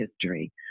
history